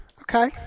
Okay